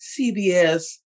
CBS